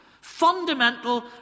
Fundamental